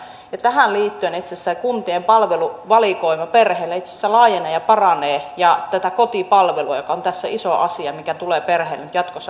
ja tähän liittyen kuntien palveluvalikoima perheille itse asiassa laajenee ja paranee ja tämä kotipalvelu joka on tässä iso asia tulee perheille nyt jatkossa paranemaan